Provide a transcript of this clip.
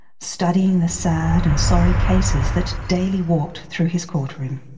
studying the sad and sorry cases that daily walked through his courtroom.